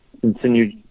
continue